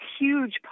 huge